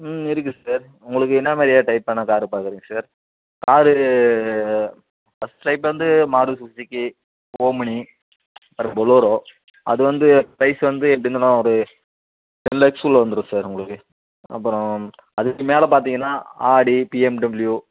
ம் இருக்குது சார் உங்களுக்கு என்ன மாதிரியா டைப்பான காரு பார்க்குறீங்க சார் காரு ஃபஸ்ட் டைப் வந்து மாருதி சுஸுக்கி ஓமினி அடுத்து பொலோரோ அது வந்து ப்ரைஸ் வந்து எப்படியிருந்தாலும் ஒரு டுவெல் லேக்ஸுக்குள்ள வந்துடும் சார் உங்களுக்கு அப்புறம் அதுக்கு மேலே பார்த்தீங்கன்னா ஆடி பிஎம்டபுள்யூ